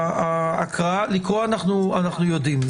לקרוא אנחנו יודעים.